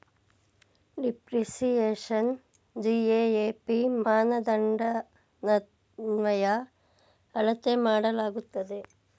ಡಿಪ್ರಿಸಿಯೇಶನ್ನ GAAP ಮಾನದಂಡದನ್ವಯ ಅಳತೆ ಮಾಡಲಾಗುತ್ತದೆ